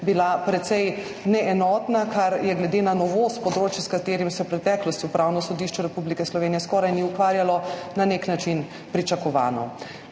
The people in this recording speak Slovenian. bila precej neenotna, kar je glede na novost področja, s katerim se v preteklosti Upravno sodišče Republike Slovenije skoraj ni ukvarjalo, na nek način pričakovano.